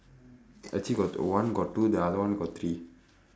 actually got one got two the other one got three